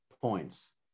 points